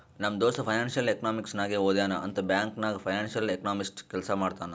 ನಮ್ ದೋಸ್ತ financial economics ನಾಗೆ ಓದ್ಯಾನ್ ಅಂತ್ ಬ್ಯಾಂಕ್ ನಾಗ್ ಫೈನಾನ್ಸಿಯಲ್ ಎಕನಾಮಿಸ್ಟ್ ಕೆಲ್ಸಾ ಮಾಡ್ತಾನ್